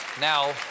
Now